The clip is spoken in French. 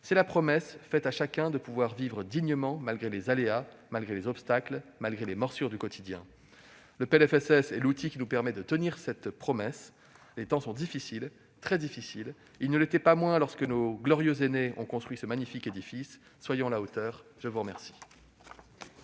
C'est la promesse faite à chacun de pouvoir vivre dignement malgré les aléas, malgré les obstacles, malgré les morsures du quotidien. Le PLFSS est l'outil qui nous permet de tenir cette promesse. Les temps sont difficiles, très difficiles, mais ils ne l'étaient pas moins lorsque nos glorieux aînés ont construit ce magnifique édifice. Soyons à la hauteur ! La parole